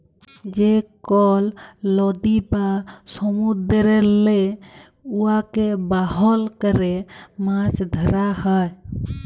যে কল লদী বা সমুদ্দুরেল্লে উয়াকে বাহল ক্যরে মাছ ধ্যরা হ্যয়